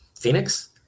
Phoenix